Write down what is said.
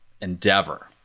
Endeavor